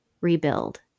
rebuild